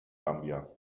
gambia